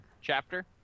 chapter